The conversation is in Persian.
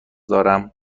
دارم